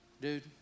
Dude